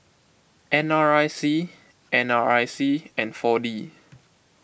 N R I C N R I C and four D